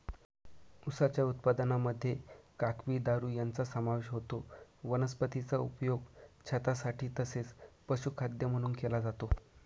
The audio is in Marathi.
उसाच्या उत्पादनामध्ये काकवी, दारू यांचा समावेश होतो वनस्पतीचा उपयोग छतासाठी तसेच पशुखाद्य म्हणून केला जातो